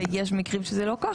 ויש מקרים שזה לא כך.